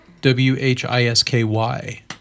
W-H-I-S-K-Y